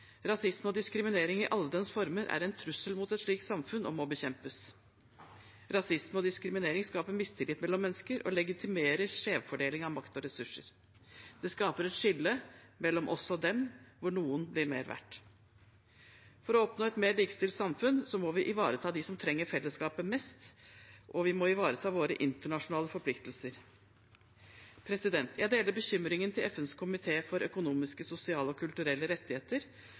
Rasisme og diskriminering i alle dens former er en trussel mot et slikt samfunn, og må bekjempes. Rasisme og diskriminering skaper mistillit mellom mennesker og legitimerer skjevfordeling av makt og ressurser. Det skaper et skille mellom oss og dem, hvor noen blir mer verdt. For å oppnå et mer likestilt samfunn må vi ivareta dem som trenger fellesskapet mest, og vi må ivareta våre internasjonale forpliktelser. Jeg deler bekymringen til FNs komité for økonomiske, sosiale og kulturelle rettigheter